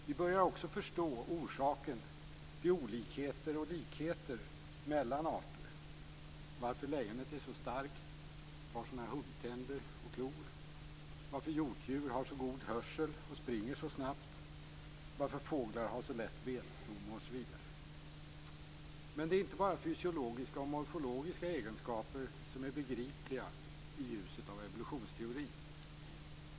Vi börjar också förstå orsaken till olikheter och likheter mellan arter, varför lejonet är så starkt och har sina huggtänder och klor, varför hjortdjur har så god hörsel och springer så snabbt, varför fåglar har så lätt benstomme osv. Men det är inte bara fysiologiska och morfologiska egenskaper som är begripliga i ljuset av evolutionsteorin.